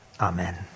amen